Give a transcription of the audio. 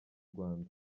rwanda